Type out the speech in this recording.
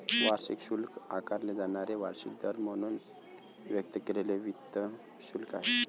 वार्षिक शुल्क आकारले जाणारे वार्षिक दर म्हणून व्यक्त केलेले वित्त शुल्क आहे